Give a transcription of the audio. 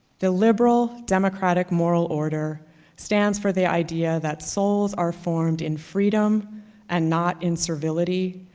the liberal democratic moral order stands for the idea that souls are formed in freedom and not in servility,